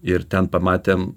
ir ten pamatėm